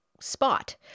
spot